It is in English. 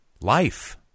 life